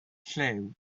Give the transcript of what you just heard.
lliw